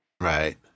Right